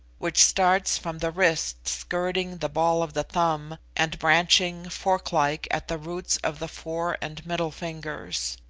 which starts from the wrist skirting the ball of the thumb, and branching, fork-like, at the roots of the fore and middle fingers.